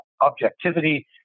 objectivity